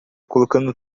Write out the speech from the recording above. colocando